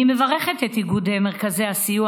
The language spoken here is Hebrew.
אני מברכת את איגוד מרכזי הסיוע